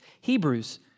Hebrews